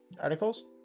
articles